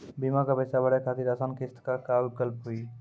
बीमा के पैसा भरे खातिर आसान किस्त के का विकल्प हुई?